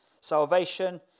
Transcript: salvation